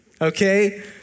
okay